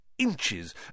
inches